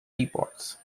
teapots